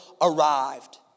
arrived